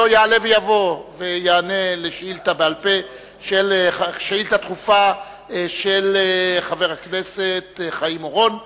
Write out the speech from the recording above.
כבודו יעלה ויבוא ויענה על שאילתא דחופה של חבר הכנסת חיים אורון,